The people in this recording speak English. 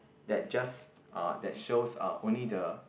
that just uh that shows uh only the